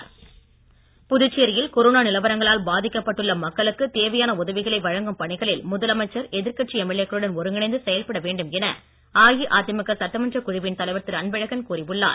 அன்பழகன் புதுச்சேரியில் கொரோனா நிலவரங்களால் பாதிக்கப்பட்டுள்ள மக்களுக்கு தேவையான உதவிகளை வழங்கும் பணிகளில் முதலமைச்சர் எதிர்கட்சி எம்எல்ஏ க்களுடன் ஒருங்கிணைந்து செய்பட வேண்டும் என அஇஅதிமுக சட்டமன்றக் குழுவின் தலைவர் திரு அன்பழகன் கூறி உள்ளார்